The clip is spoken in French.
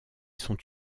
sont